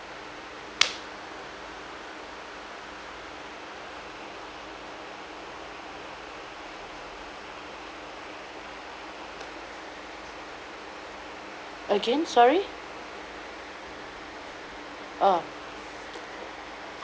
again sorry oh